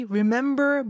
Remember